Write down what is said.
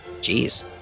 Jeez